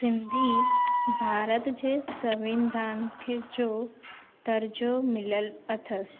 सिंधी भारत जे संविधान खे जो दरिजो मिलियल अथसि